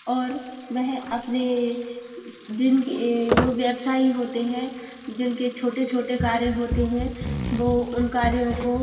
और वह अपने जिन जो व्यवसाई होते हैं जिनके छोटे छोटे कार्य होते हैं वो उन कार्यों को